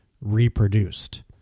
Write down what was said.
reproduced